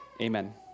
Amen